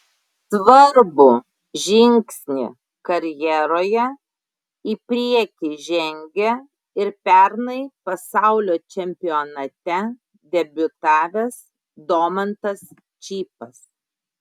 svarbų žingsnį karjeroje į priekį žengė ir pernai pasaulio čempionate debiutavęs domantas čypas